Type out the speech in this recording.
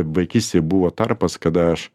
vaikystėj buvo tarpas kada aš